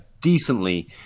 decently